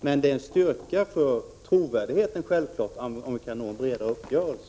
Men det stärker självfallet trovärdigheten om man kan nå en bredare uppgörelse.